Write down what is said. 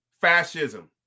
Fascism